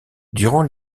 durant